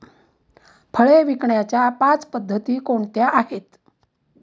फळे विकण्याच्या पाच पद्धती कोणत्या आहेत?